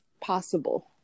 possible